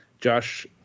josh